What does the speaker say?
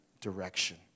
direction